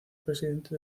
presidente